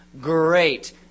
Great